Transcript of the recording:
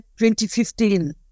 2015